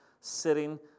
sitting